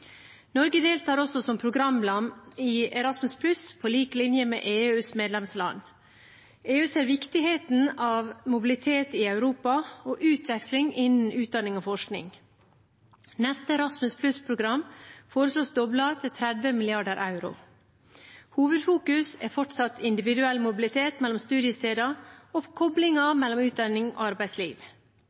Norge deltar også som programland i Erasmus+ på lik linje med EUs medlemsland. EU ser viktigheten av mobilitet i Europa og utveksling innenfor utdanning og forsking. Neste Erasmus+-program foreslås doblet til 30 mrd. euro. Hovedfokus er fortsatt individuell mobilitet mellom studiesteder og koblingen mellom utdanning og arbeidsliv.